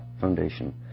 Foundation